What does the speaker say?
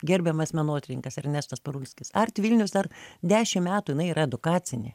gerbiamas menotyrininkas ernestas parulskis art vilnius dar dešim metų jinai yra edukacinė